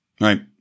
right